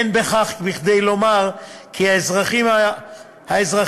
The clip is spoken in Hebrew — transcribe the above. אין בכך כדי לומר כי האזרחים הערבים,